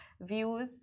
views